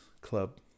Club